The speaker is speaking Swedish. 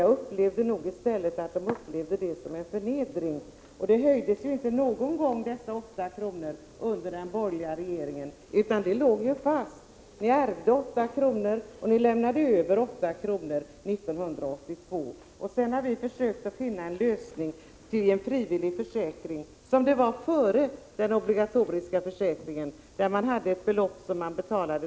Jag upplevde det nog så, att de i stället tog det som en förnedring. Beloppet höjdes ju inte någon gång under den borgerliga regeringen. Det låg fast. Ni ärvde åtta kronor och ni lämnade över åtta kronor 1982. Sedan har vi försökt att finna en lösning till en frivillig försäkring där man har möjlighet att välja ett belopp från lägst 20 kr. upp till garantibeloppet 48 kr.